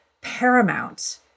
paramount